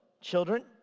Children